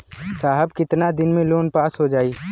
साहब कितना दिन में लोन पास हो जाई?